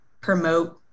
promote